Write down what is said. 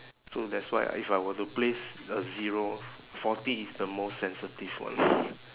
so that's why I if I were to place a zero forty is the most sensitive one